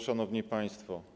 Szanowni Państwo!